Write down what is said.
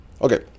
Okay